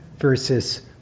versus